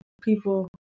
people